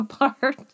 apart